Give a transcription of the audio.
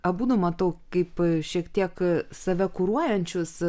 abudu matau kaip šiek tiek save kuruojančius